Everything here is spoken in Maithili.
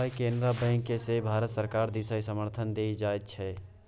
आय केनरा बैंककेँ सेहो भारत सरकार दिससँ समर्थन देल जाइत छै